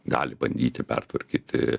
gali bandyti pertvarkyti